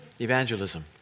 evangelism